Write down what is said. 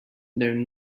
known